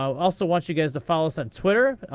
also want you guys to follow us on twitter.